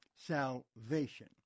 salvation